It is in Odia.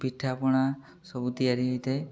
ପିଠାପଣା ସବୁ ତିଆରି ହୋଇଥାଏ